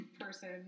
person